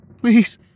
Please